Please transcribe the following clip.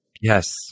Yes